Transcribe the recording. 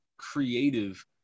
creative